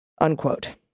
Unquote